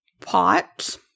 pot